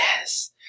yes